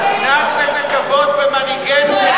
הוא נהג בכבוד במנהיגינו,